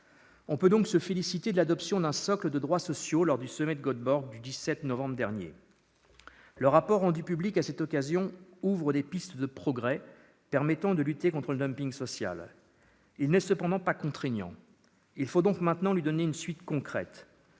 On peut donc se féliciter de l'adoption d'un socle de droits sociaux lors du sommet de Göteborg du 17 novembre dernier. Le rapport rendu public à cette occasion ouvre des pistes de progrès permettant de lutter contre le social. Il n'est cependant pas contraignant, il faut donc maintenant lui donner une suite concrète.